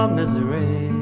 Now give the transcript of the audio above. misery